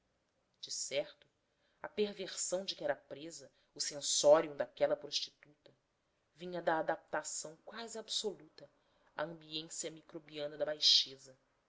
de certo a perversão de que era presa o sensorium daquela prostituta vinha da adaptação quase absoluta à ambiência microbiana da baixeza